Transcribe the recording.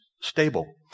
stable